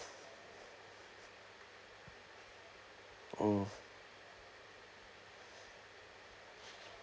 hmm